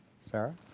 Sarah